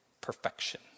perfection